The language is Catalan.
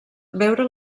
veure